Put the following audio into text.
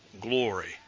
glory